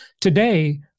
Today